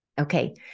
Okay